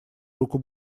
руку